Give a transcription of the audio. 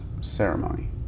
ceremony